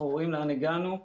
אנחנו רואים לאן הגענו.